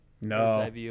no